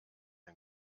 ein